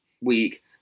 week